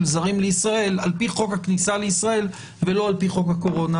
זרים לישראל על פי חוק הכניסה לישראל ולא על פי חוק הקורונה.